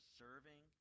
serving